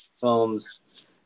films